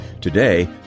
Today